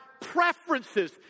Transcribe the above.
preferences